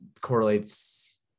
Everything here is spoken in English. correlates